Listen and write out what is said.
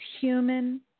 human